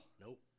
Nope